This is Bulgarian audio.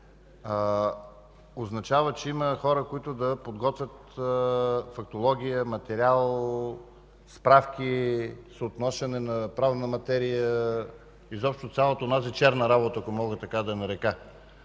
означава, че има хора, които да подготвят фактологията, материали, справки, съотнасянето на правната материя – изобщо цялата онази черна работа, ако мога така да я нарека.